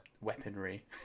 Weaponry